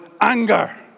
anger